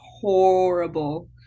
horrible